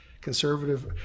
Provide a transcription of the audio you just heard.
conservative